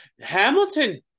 Hamilton